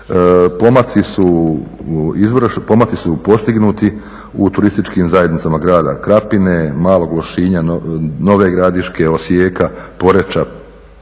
Pomaci su postignuti u turističkim zajednicama grada Krapine, Malog Lošinja, Nove Gradiške, Osijeka, Poreča,